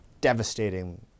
devastating